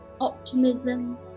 optimism